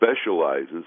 specializes